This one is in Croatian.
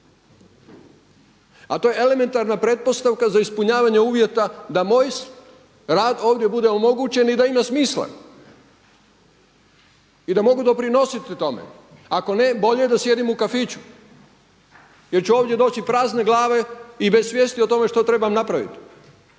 A to je elementarna pretpostavka za ispunjavanje uvjeta za moj rad ovdje bude omogućen i da ima smisla i da mogu doprinositi tome. Ako ne bolje da sjedim u kafiću jer ću ovdje doći proći prazne glave i bez svijesti o tome što trebam napraviti.